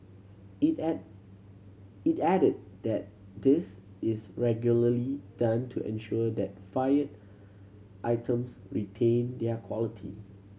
it add it added that this is regularly done to ensure that fired items retain their quality